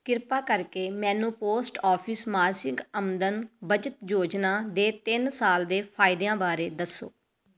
ਕਿਰਪਾ ਕਰਕੇ ਮੈਨੂੰ ਪੋਸਟ ਆਫਿਸ ਮਾਸਿਕ ਆਮਦਨ ਬਚਤ ਯੋਜਨਾ ਦੇ ਤਿੰਨ ਸਾਲ ਦੇ ਫਾਇਦਿਆਂ ਬਾਰੇ ਦੱਸੋ